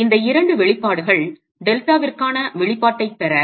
எனவே இந்த 2 வெளிப்பாடுகள் டெல்டாவிற்கான வெளிப்பாட்டைப் பெற